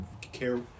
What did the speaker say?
care